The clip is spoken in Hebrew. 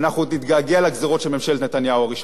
ואנחנו עוד נתגעגע לגזירות של ממשלת נתניהו הראשונה.